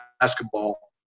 basketball